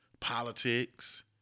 Politics